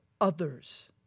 others